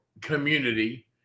community